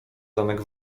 zamek